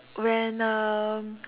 when uh